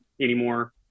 anymore